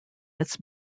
its